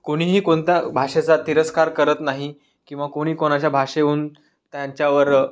कोणीही कोणता भाषेचा तिरस्कार करत नाही किंवा कोणी कोणाच्या भाषेऊन त्यांच्यावर